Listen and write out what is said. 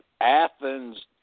Athens